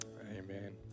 Amen